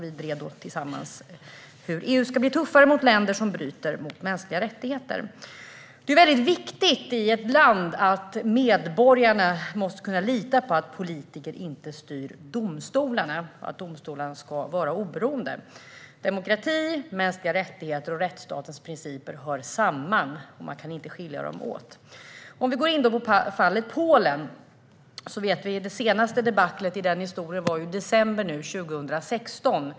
Vi drev då tillsammans frågor om hur EU ska bli tuffare mot länder som bryter mot mänskliga rättigheter. Det är viktigt att medborgarna i ett land kan lita på att politiker inte styr domstolarna. Domstolarna ska vara oberoende. Demokrati, mänskliga rättigheter och rättsstatens principer hör samman, och de kan inte skiljas åt. Låt mig då gå in på fallet Polen. Vi vet att det senaste debaclet i den historien var i december 2016.